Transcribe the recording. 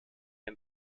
der